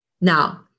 Now